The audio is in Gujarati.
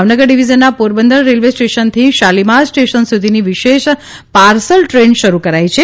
ભાવનગર ડિવિઝનના પોરબંદર રેલવે સ્ટેશનથી શાલીમાર સ્ટેશન સુધીની વિશેષ પાર્સલ ટ્રેન શરૂ કરાઇ છે